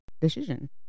decision